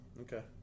Okay